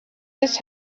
this